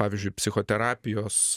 pavyzdžiui psichoterapijos